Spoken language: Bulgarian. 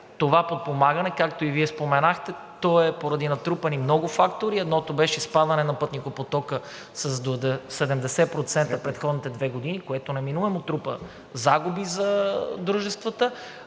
това подпомагане, както и Вие споменахте, а то е поради натрупани много фактори. Едното беше спадане на пътникопотока с до 70% предходните две години, което неминуемо трупа загуби за дружествата.